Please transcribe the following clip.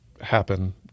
happen